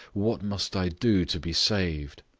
what must i do to be saved?